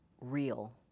real